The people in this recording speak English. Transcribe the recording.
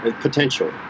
potential